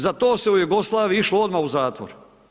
Za to se u Jugoslaviji išlo odmah u zatvor.